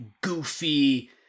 goofy